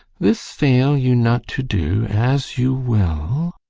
this fail you not to do, as you will